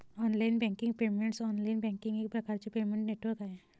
online banking payments online banking एक प्रकारचे payment network आहे